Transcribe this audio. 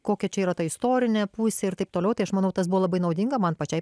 kokia čia yra ta istorinė pusė ir taip toliau tai aš manau tas buvo labai naudinga man pačiai